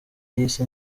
yise